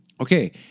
Okay